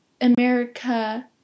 America